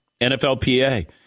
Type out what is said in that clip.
NFLPA